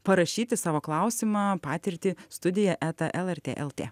parašyti savo klausimą patirtį studija eta lrt lt